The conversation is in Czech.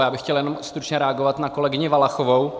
Já bych chtěl jenom stručně reagovat na kolegyni Valachovou.